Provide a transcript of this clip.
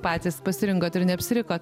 patys pasirinkot ir neapsirikot